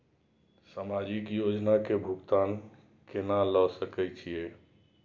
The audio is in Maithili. समाजिक योजना के भुगतान केना ल सके छिऐ?